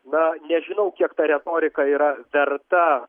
na nežinau kiek ta retorika yra verta